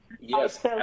yes